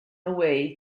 away